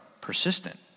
persistent